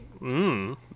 Mmm